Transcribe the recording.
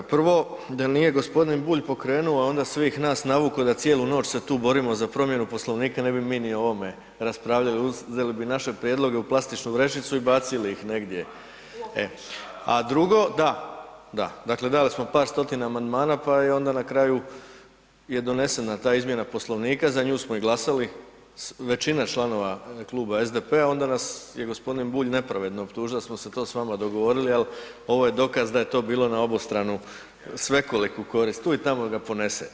Prvo, da nije g. Bulj pokrenuo a onda svih nas navukao da cijelu noć se tu borimo za promjenu Poslovnika, ne bi mi ni o ovome raspravljali, uzeli bi naše prijedloge u plastičnu vrećicu i bacili ih negdje. … [[Upadica sa strane, ne razumije se.]] Da, da, dakle dali smo par stotina amandmana pa onda na kraju je donesena ta izmjena Poslovnika, za nju smo i glasali, većina članova kluba SDP-a, onda nas je g. Bulj nepravedno optužili da smo se to s vama dogovorili ali ovo je dokaz da je to bilo na obostranu svekoliku korist, tu i tamo ga ponese.